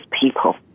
people